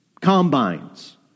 combines